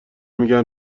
میگن